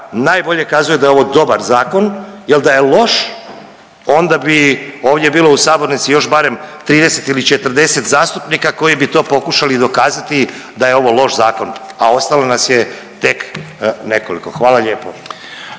najbolje kazuje da je ovo dobar zakon jer da je loš onda bi ovdje bilo u sabornici još barem 30 ili 40 zastupnika koji bi to pokušali dokazati da je ovo loš zakon, a ostalo nas je tek nekoliko. Hvala lijepo.